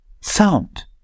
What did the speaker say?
Sound